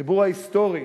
החיבור ההיסטורי